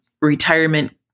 retirement